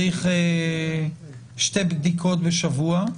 שצריך שתי בדיקות בשבוע,